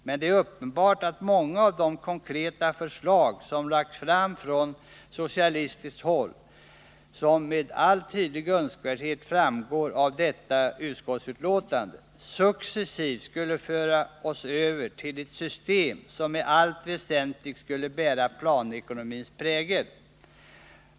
Men det är uppenbart att många av de konkreta förslag som har lagts fram från socialistiskt håll successivt skulle föra oss över till ett system som i allt väsentligt skulle bära planekonomins prägel, vilket med all önskvärd tydlighet framgår av detta utskottsbetänkande.